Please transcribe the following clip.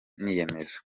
niyemeza